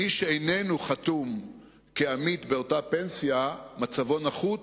מי שאיננו חתום כעמית באותה פנסיה, מצבו נחות